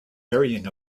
varying